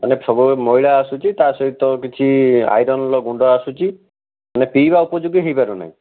ମାନେ ସବୁ ମଇଳା ଆସୁଛି ତା ସହିତ କିଛି ଆଇରନର ଗୁଣ୍ଡ ଆସୁଛି ମାନେ ପିଇବା ଉପଯୋଗୀ ହେଇପାରୁନାହିଁ